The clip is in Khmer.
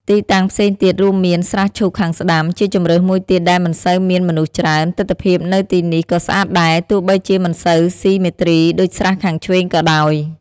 ទីតាំងផ្សេងទៀតរួមមាន ស្រះឈូកខាងស្តាំ: ជាជម្រើសមួយទៀតដែលមិនសូវមានមនុស្សច្រើន។ ទិដ្ឋភាពនៅទីនេះក៏ស្អាតដែរ ទោះបីជាមិនសូវស៊ីមេទ្រីដូចស្រះខាងឆ្វេងក៏ដោយ។